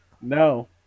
No